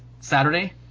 Saturday